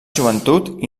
joventut